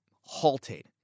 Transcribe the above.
halted